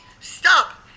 stop